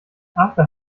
after